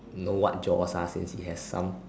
know what jaws since he has some